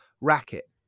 racket